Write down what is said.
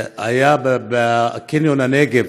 היה בקניון הנגב,